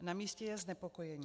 Namístě je znepokojení.